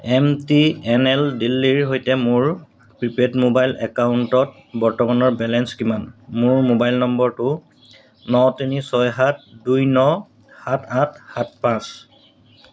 M T N L দিল্লীৰ সৈতে মোৰ প্ৰিপেইড মোবাইল একাউণ্টত বৰ্তমানৰ বেলেন্স কিমান মোৰ মোবাইল নম্বৰটো ন তিনি ছয় সাত দুই ন সাত আঠ সাত পাঁচ